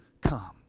come